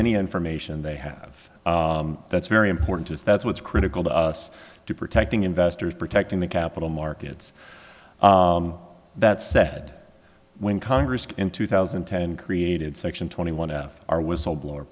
any information they have that's very important to us that's what's critical to us to protecting investors protecting the capital markets that said when congress in two thousand and ten created section twenty one of our whistleblower